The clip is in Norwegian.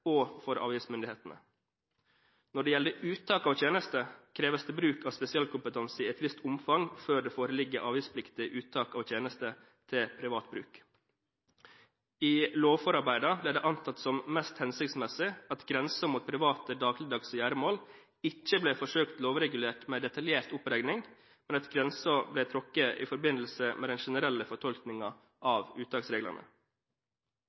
og avgiftsmyndighetene. Når det gjelder uttak av tjenester, kreves det bruk av spesialkompetanse i et visst omfang før det foreligger avgiftspliktig uttak av tjenester til privat bruk. I lovforarbeidene ble det antatt som mest hensiktsmessig at grensen mot private dagligdagse gjøremål ikke ble forsøkt lovregulert med en detaljert oppregning, men at grensen blir trukket i forbindelse med den generelle